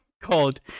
called